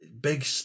big